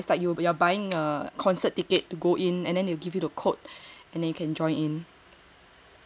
is like you are buying a concert ticket to go in and then they will give you a code and then you can join in